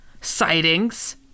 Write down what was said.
sightings